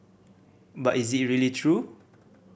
but is it really true